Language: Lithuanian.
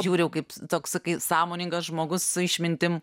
žiūri jau kaip toks sakai sąmoningas žmogus su išmintim